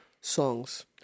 songs